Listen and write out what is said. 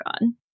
on